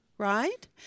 Right